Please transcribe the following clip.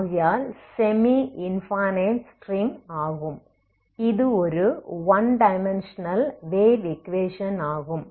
ஆகையால் semi infinite string ஆகும் இது ஒரு ஒன் டைமென்ஷனல் வேவ் ஈக்வேஷன் ஆகும்